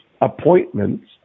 appointments